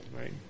Right